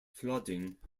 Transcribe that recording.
flooding